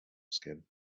skin